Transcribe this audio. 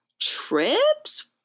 trips